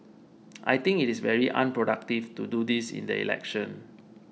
I think it is very unproductive to do this in the election